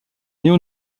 néo